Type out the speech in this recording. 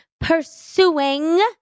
Pursuing